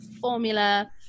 formula